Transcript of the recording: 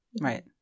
right